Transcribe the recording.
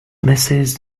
mrs